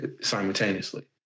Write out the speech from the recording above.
simultaneously